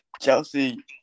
Chelsea